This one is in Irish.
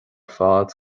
fad